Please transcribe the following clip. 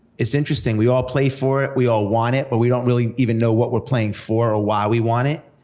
it's interesting, we all play for it, we all want it, but we don't really even know what we're playing for or ah why we want it.